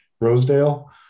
Rosedale